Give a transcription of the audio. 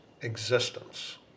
existence